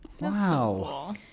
Wow